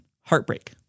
heartbreak